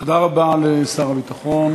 תודה רבה לשר הביטחון.